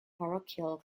parochial